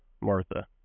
Martha